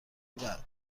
بعد